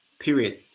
period